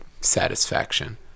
satisfaction